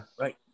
Right